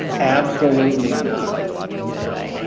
absolutely not. you know,